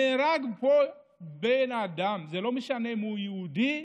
נהרג פה בן אדם, זה לא משנה אם הוא יהודי,